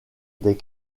des